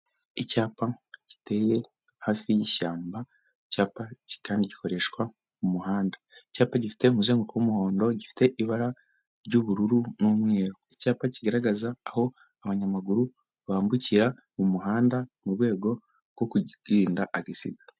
Icyapa giteye hafi y'ishyamba, icyapa kandi gikoreshwa mu muhanda, icyapa gifite umuzungu w'umuhondo, gifite ibara ry'ubururu n'umweru. Icyapa kigaragaza aho abanyamaguru bambukira, umuhanda, mu rwego rwo kurinda agisida.